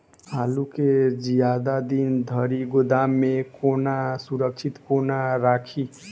आलु केँ जियादा दिन धरि गोदाम मे कोना सुरक्षित कोना राखि?